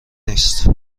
نیست